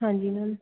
ਹਾਂਜੀ ਮੈਮ